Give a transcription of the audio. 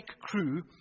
crew